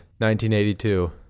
1982